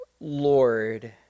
Lord